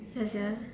ya sia